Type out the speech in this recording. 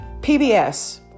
PBS